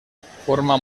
forma